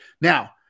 Now